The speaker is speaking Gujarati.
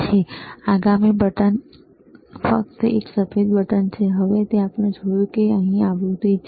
હવે આગામી બટન જે એક સફેદ બટન છે હવે આપણે જોયું કે આ અહીં આવૃતિ છે